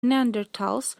neanderthals